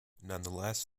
nonetheless